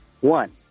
One